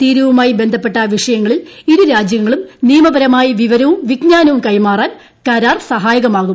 തീരുവയുമായി ബന്ധപ്പെട്ട വിഷയങ്ങളിൽ ഇരു രാജ്യങ്ങളും നിയമപരമായി വിവരവും വിജ്ഞാനവും കൈമാറാൻ കരാർ സഹാ്യകമാകും